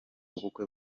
ubukwe